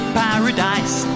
paradise